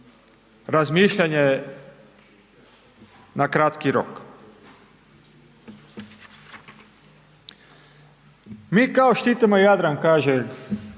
razmišljanje na kratki rok? Mi kao štitimo Jadran kaže